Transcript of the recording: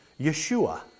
Yeshua